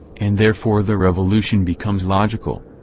and therefore the revolution becomes logical.